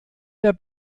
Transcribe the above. der